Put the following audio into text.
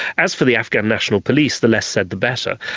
as for the afghan national police, the less said the better.